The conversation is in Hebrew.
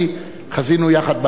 וחזינו יחד בהצגה.